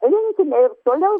linkime ir toliau